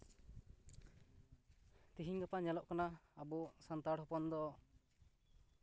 ᱛᱤᱦᱤᱧ ᱜᱟᱯᱟ ᱧᱮᱞᱚᱜ ᱠᱟᱱᱟ ᱟᱵᱚ ᱥᱟᱱᱛᱟᱲ ᱦᱚᱯᱚᱱ ᱫᱚ